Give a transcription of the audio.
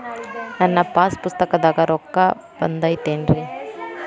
ನನ್ನ ಪಾಸ್ ಪುಸ್ತಕದಾಗ ರೊಕ್ಕ ಬಿದ್ದೈತೇನ್ರಿ?